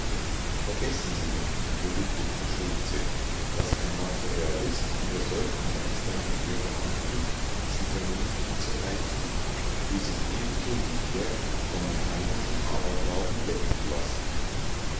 vergessen sie nicht berichtigte schultze daß ein materialist nur solchen geistern die ehre antut sie vernünftig zu heißen die sich ebenso wie er vom mechanistischen aberglauben blenden lassen